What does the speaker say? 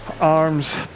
arms